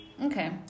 Okay